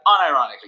unironically